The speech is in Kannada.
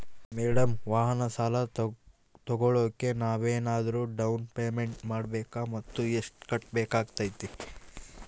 ಮೇಡಂ ವಾಹನ ಸಾಲ ತೋಗೊಳೋಕೆ ನಾವೇನಾದರೂ ಡೌನ್ ಪೇಮೆಂಟ್ ಮಾಡಬೇಕಾ ಮತ್ತು ಎಷ್ಟು ಕಟ್ಬೇಕಾಗ್ತೈತೆ?